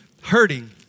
hurting